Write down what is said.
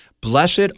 Blessed